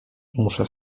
muszę